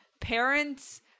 parents